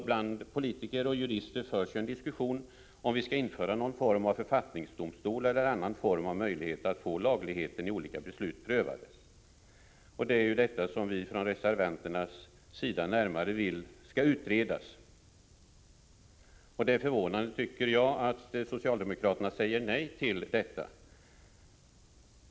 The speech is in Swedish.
Bland politiker och jurister förs en diskussion om huruvida vi skall införa någon form av författningsdomstol eller annan form av möjlighet att få lagligheten i olika beslut prövad. Det är detta som vi från reservanternas sida vill skall närmare utredas. Det är förvånande, tycker jag, att socialdemokraterna säger nej till detta.